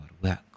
work